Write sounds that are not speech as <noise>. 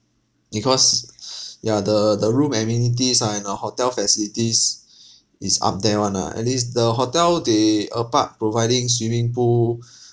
because ya the the room amenities ah and the hotel facilities is up there [one] ah and this the hotel they apart providing swimming pool <breath>